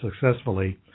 successfully